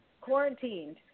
quarantined